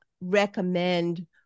recommend